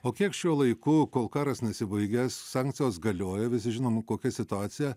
o kiek šiuo laiku kol karas nesibaigęs sankcijos galioja visi žinom kokia situacija